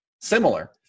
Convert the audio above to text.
similar